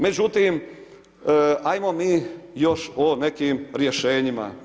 Međutim, ajmo mi još o nekim rješenjima.